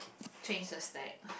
change the stack